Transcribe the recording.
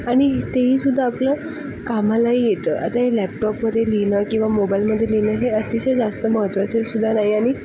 आणि तेहीसुद्धा आपलं कामाला येतं आता हे लॅपटॉपमध्ये लिहिलं किंवा मोबाइलमध्ये लिहिलं हे अतिशय जास्त महत्वाचंसुद्धा नाही आणि